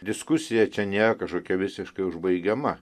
diskusija čia nėra kažkokia visiškai užbaigiama